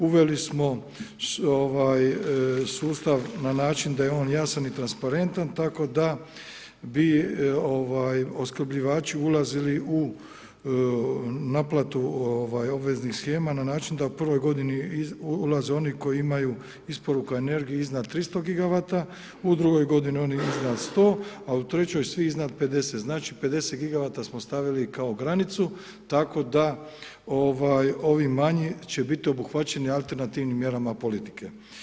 Uveli smo ovaj sustav na način da je on jasan i transparentan tako da bi ovaj opskrbljivači ulazili u naplatu ovaj obveznih shema na način da u prvoj godini ulaze oni koji imaju isporuku energije iznad 300 gigawata, u drugoj godini oni iznad 100, a u trećoj svi iznad 50, znači 50 gigawata smo stavili kao granicu, tako da ovaj ovi manji će biti obuhvaćeni alternativnim mjerama politike.